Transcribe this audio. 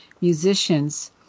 musicians